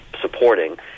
supporting